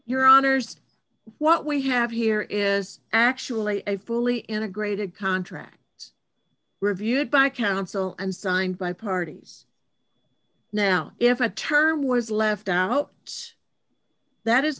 your honors what we have here is actually a fully integrated contract reviewed by counsel and signed by parties now if a term was left out that is